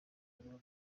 burundu